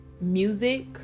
music